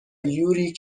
یوری